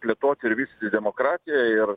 plėtoti ir vystyti demokratiją ir